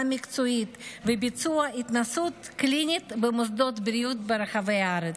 מקצועית וביצוע התנסות קלינית במוסדות בריאות ברחבי הארץ.